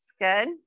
Good